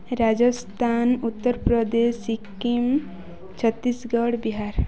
Rajasthan Uttar Pradesh Sikkim Chhattisgarh Bihar